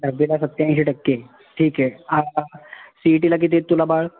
दहावीला सत्त्याऐंशी टक्के ठीक आहे आता सी ई टीला किती आहेत तुला बाळ